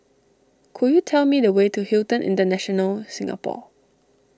could you tell me the way to Hilton International Singapore